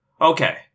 okay